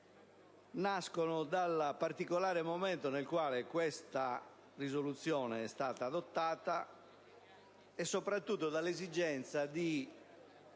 nascono dal particolare momento nel quale questa stessa risoluzione è stata adottata e soprattutto dall'esigenza di